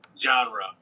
genre